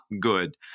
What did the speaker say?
good